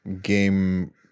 game